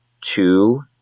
two